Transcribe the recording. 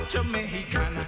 Jamaican